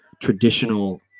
traditional